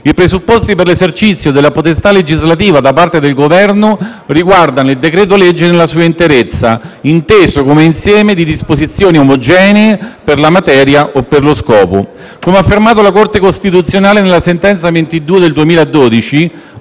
i presupposti per l'esercizio della potestà legislativa da parte del Governo riguardano il decreto-legge nella sua interezza, inteso come insieme di disposizioni omogenee per la materia o per lo scopo. Come ha affermato la Corte costituzionale nella sentenza n. 22 del 2012,